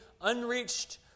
unreached